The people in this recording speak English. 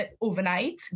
overnight